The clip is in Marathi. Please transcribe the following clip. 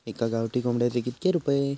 एका गावठी कोंबड्याचे कितके रुपये?